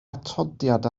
atodiad